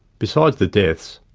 besides the deaths,